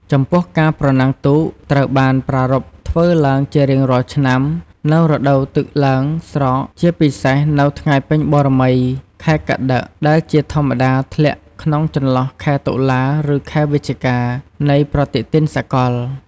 ចំពោះការប្រណាំងទូកត្រូវបានប្រារព្ធធ្វើឡើងជារៀងរាល់ឆ្នាំ នៅរដូវទឹកឡើងស្រក ជាពិសេសនៅ ថ្ងៃពេញបូណ៌មី ខែកត្តិក ដែលជាធម្មតាធ្លាក់ក្នុងចន្លោះ ខែតុលា ឬខែវិច្ឆិកា នៃប្រតិទិនសកល។